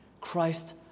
Christ